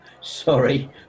Sorry